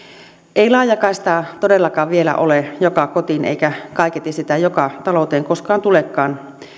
ei laajakaistaa todellakaan vielä ole joka kotiin eikä sitä kaiketi joka talouteen koskaan tulekaan